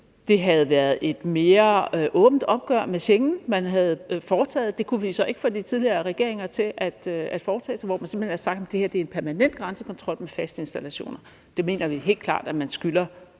det havde været et mere åbent opgør med Schengen, man havde foretaget. Det kunne vi så ikke få de tidligere regeringer til at foretage, altså hvor man simpelt hen havde sagt, at det her er en permanent grænsekontrol med faste installationer. Det mener vi helt klart at man skylder